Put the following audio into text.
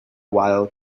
while